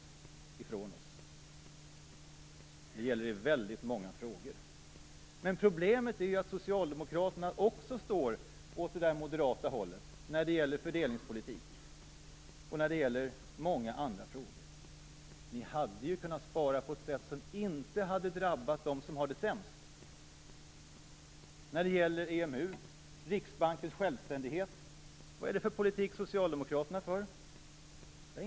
Det gäller i väldigt många frågor. Men problemet är att Socialdemokraterna också står åt det moderata hållet när det gäller fördelningspolitik och i många andra frågor. Regeringen hade kunnat spara på ett sätt som inte hade drabbat dem som har det sämst. Vad är det för politik som Socialdemokraterna för när det gäller EMU och Riksbankens självständighet?